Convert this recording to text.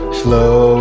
slow